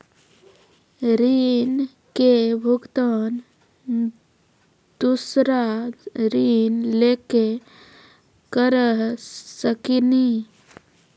ऋण के भुगतान दूसरा ऋण लेके करऽ सकनी?